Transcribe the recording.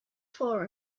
for